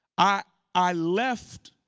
ah i left,